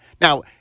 Now